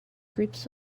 groups